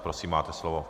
Prosím, máte slovo.